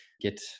get